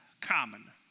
common